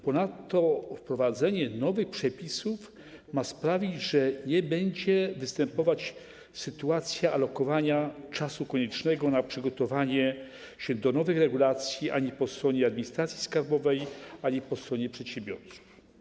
Ponadto wprowadzenie nowych przepisów ma sprawić, że nie będzie występować sytuacja alokowania czasu koniecznego na przygotowanie się do nowych regulacji ani po stronie administracji skarbowej, ani po stronie przedsiębiorców.